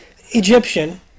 Egyptian